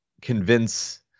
convince